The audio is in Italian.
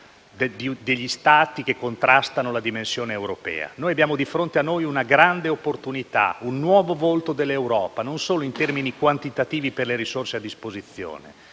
degli Stati che contrastano la dimensione europea. Abbiamo di fronte a noi una grande opportunità, un nuovo volto dell'Europa, non solo in termini quantitativi per le risorse a disposizione.